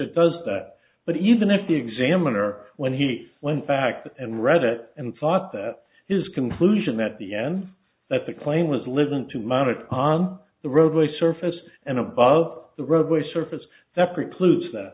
it does that but even if the examiner when he went back to and read it and thought that his conclusion at the end that the claim was listened to monitor on the roadway surface and above the roadway surface that precludes that